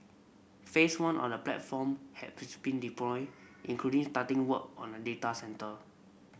phase one of the platform had been deployed including starting work on a data centre